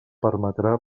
permetrà